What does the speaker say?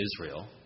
Israel